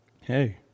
Hey